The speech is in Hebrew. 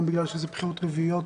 גם בגלל שזה בחירות רביעיות